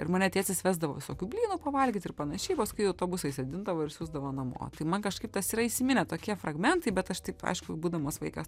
ir mane tėtis vesdavo visokių blynų pavalgyt ir panašiai paskui į autobusą įsėdindavo ir siųsdavo namo tai man kažkaip tas yra įsiminę tokie fragmentai bet aš taip aišku būdamas vaikas